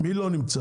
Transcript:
מי לא נמצא?